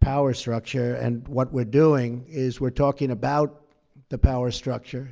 power structure, and what we're doing is we're talking about the power structure,